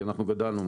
כי אנחנו גדלנו.